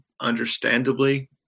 understandably